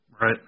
Right